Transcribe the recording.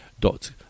dot